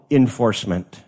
enforcement